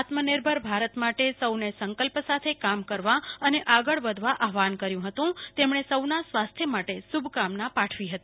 આત્મનિર્ભર ભારત માટે સૌને સંકલ્પ સાથે કામ કરવા અને આગળ વધવા આહ્રાન કર્યું હતું તેમને સૌના સ્વાસ્થ્ય માટે શુભકામના પાઠવી હતી